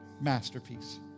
masterpiece